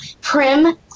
Prim